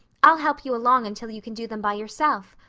i'll help you along until you can do them by yourself.